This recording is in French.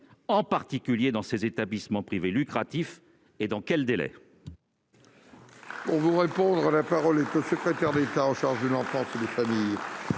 en particulier dans ces établissements privés lucratifs ? Et dans quel délai ?